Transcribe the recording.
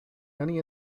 many